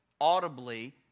audibly